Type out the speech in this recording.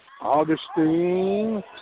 Augustine